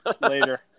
Later